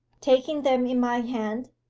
taking them in my hand,